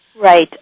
Right